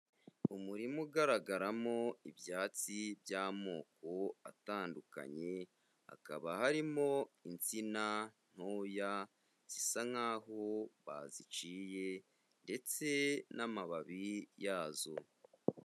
Umurima ugaragaramo ibyatsi by'amoko atandukanye, hakaba harimo insina ntoya zisa nkaho baziciye ndetse n'amababi yazo.